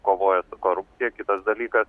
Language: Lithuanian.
kovoja su korupcija kitas dalykas